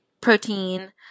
protein